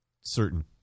certain